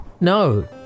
No